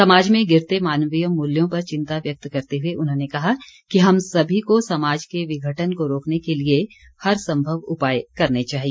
समाज में गिरते मानवीय मूल्यों पर चिंता व्यक्त करते हुए उन्होंने कहा कि हम सभी को समाज के विघटन को रोकने के लिए हर संभव उपाय करने चाहिए